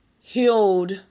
healed